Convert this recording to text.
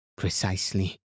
Precisely